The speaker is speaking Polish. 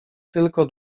tylko